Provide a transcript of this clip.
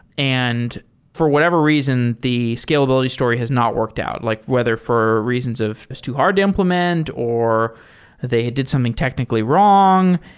and for whatever reason, the scalability story has not worked out. like weather for reasons of it's too hard to implement or they did something technically wrong.